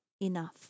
enough